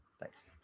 Thanks